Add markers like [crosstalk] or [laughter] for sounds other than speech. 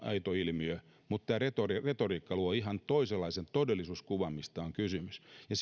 aito ilmiö mutta tämä retoriikka retoriikka luo ihan toisenlaisen todellisuuskuvan siitä mistä on kysymys ja [unintelligible]